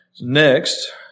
next